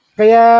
kaya